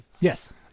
Yes